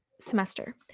semester